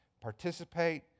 participate